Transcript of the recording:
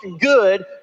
good